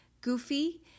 goofy